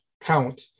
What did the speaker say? count